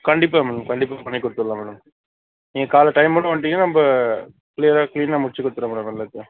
கண்டிப்பாக மேடம் கண்டிப்பாக பண்ணி குடுத்துடலாம் மேடம் நீங்கள் காலைல டைம்மோட வந்துடீங்கனா நம்ம கிளியராக கிளீனாக முடித்துக் கொடுத்துறேன் மேடம் உங்களுக்கு